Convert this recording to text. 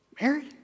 Mary